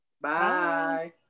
Bye